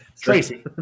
Tracy